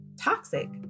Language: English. toxic